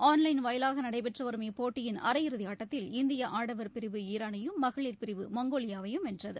online வாயிலாக நடைபெற்று வரும் இப்போட்டியின் அரையிறுதி ஆட்டத்தில் இந்திய ஆடவர் பிரிவு ஈரானையும் மகளிர் பிரிவு மங்கோலியாவையும் வென்றது